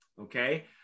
okay